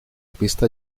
pista